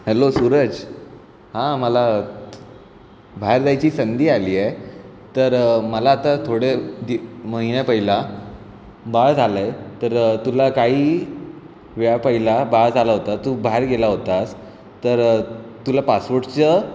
hello Suraj हां मला बाहेर जायची संधी आली आहे तर मला आता थोडे दि महिन्या पहिला बाळ झालं आहे तर तुला काहीवेळा पहिला बाळ जालं होतं तू बाहेर गेला होतास तर तुला पासवूटचं